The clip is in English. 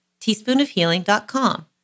teaspoonofhealing.com